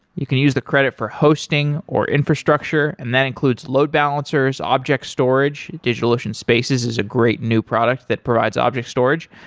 you can use the credit for hosting, or infrastructure and that includes load balancers, object storage, digitalocean spaces is a great new product that provides object storage,